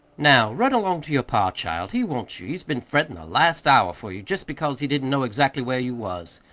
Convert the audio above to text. now, run along to your pa, child. he wants you. he's been frettin' the last hour for you, jest because he didn't know exactly where you was.